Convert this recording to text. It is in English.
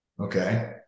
Okay